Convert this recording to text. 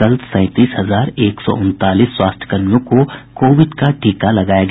कल सैंतीस हजार एक सौ उनचालीस स्वास्थ्यकर्मियों को कोविड का टीका लगाया गया